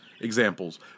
examples